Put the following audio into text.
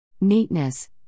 Neatness